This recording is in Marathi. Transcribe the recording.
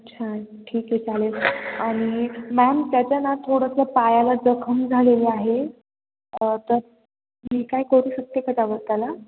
अच्छा ठीक आहे चालेल आणि मॅम त्याच्या ना थोडंसं पायाला जखम झालेली आहे तर मी काय करू शकते का त्यावर त्याला